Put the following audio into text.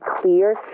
clear